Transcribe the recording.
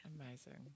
amazing